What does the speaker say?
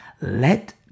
let